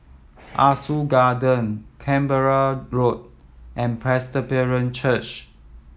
Ah Soo Garden Canberra Road and Presbyterian Church